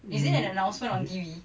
mm mm